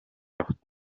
явахад